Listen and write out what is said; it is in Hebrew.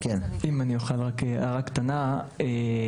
אפשר לכתוב שההכשרה הראשונית לא תפחת מ-180 שעות,